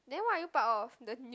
then why are you part of the new